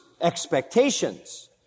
expectations